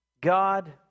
God